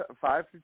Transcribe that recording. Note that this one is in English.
five